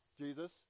Jesus